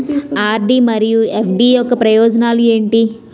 RD మరియు FD యొక్క ప్రయోజనాలు ఏంటి?